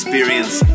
Experience